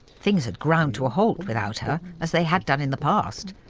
things had ground to a halt without her, as they had done in the past.